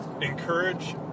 encourage